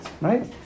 Right